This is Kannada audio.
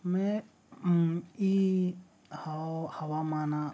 ಮೇ ಈ ಹವಾಮಾನ